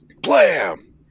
blam